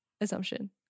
assumption